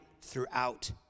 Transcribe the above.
throughout